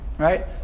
Right